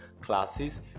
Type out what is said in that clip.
classes